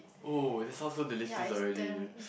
oh that sounds so delicious already